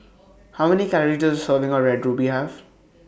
How Many Calories Does A Serving of Red Ruby Have